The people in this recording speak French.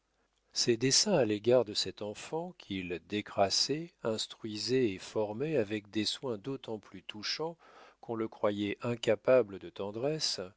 ses desseins à l'égard de cette enfant qu'il décrassait instruisait et formait avec des soins d'autant plus touchants qu'on le croyait incapable de tendresse